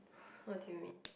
what do you mean